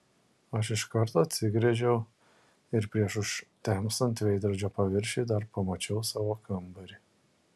aš iš karto atsigręžiau ir prieš užtemstant veidrodžio paviršiui dar pamačiau savo kambarį